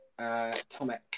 Tomek